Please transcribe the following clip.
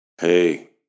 Hey